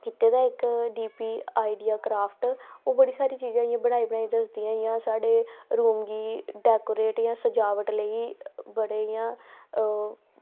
कीता दा होवै डीपी मीडिया क्रॉफ्ट ओह् बड़ी सारी चीज़ा बनाई दियां होंदिया इंया दस्सदे साढ़े रूम गी डेकोरेट सजावट लेई बड़े इंया ओह्